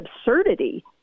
absurdity